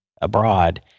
abroad